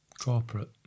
Corporate